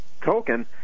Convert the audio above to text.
token